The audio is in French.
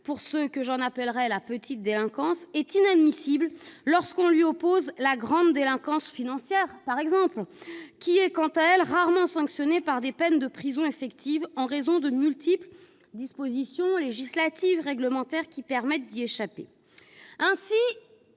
pour la « petite délinquance » sont inadmissibles lorsqu'on lui oppose la « grande délinquance », financière par exemple, qui est pour sa part rarement sanctionnée par des peines de prison effectives en raison de multiples dispositions législatives ou réglementaires qui permettent d'y échapper.